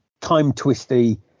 time-twisty